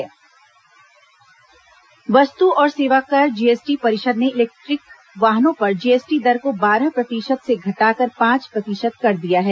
GST electric वाहन वस्तु और सेवा कर जीएसटी परिषद ने इलेक्ट्रिक वाहनों पर जीएसटी दर को बारह प्रतिशत से घटाकर पांच प्रतिशत कर दिया है